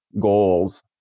goals